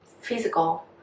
physical